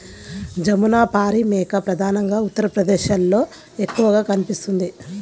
జమునపారి మేక ప్రధానంగా ఉత్తరప్రదేశ్లో ఎక్కువగా కనిపిస్తుంది